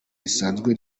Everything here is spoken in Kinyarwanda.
risanzwe